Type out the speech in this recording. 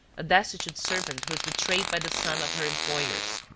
a destitute servant who is betrayed by the son of her employers.